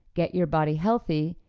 get your body healthy,